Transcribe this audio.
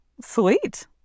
Sweet